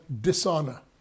dishonor